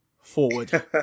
forward